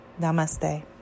Namaste